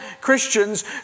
Christians